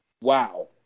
wow